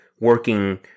working